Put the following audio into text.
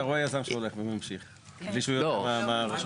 אתה רואה יזם שהולך וממשיך בלי שהוא יודע מה הרשות.